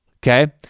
Okay